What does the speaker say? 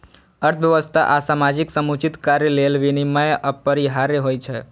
अर्थव्यवस्था आ समाजक समुचित कार्य लेल विनियम अपरिहार्य होइ छै